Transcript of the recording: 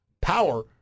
power